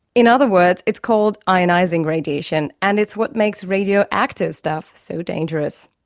in other words, it's called ionizing radiation, and it's what makes radio-active stuff so dangerous.